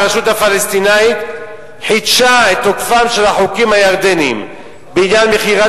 הרשות הפלסטינית חידשה את תוקפם של החוקים הירדניים בעניין מכירת